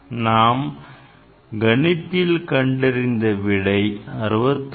நாம் கணிப்பியில் கண்டறிந்த விடை 66